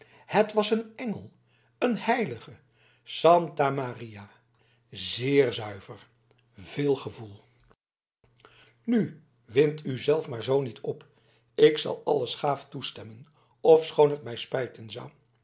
het was een engel een heilige santa maria zeer zuiver veel gevoel nu wind u zelf maar zoo niet op ik zal alles gaaf toestemmen ofschoon het mij spijten